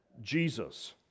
jesus